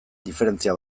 diferentzia